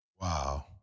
Wow